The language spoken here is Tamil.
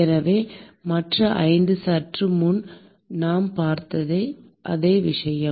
எனவே மற்ற 5 சற்று முன்பு நாம் பார்த்த அதே விஷயம்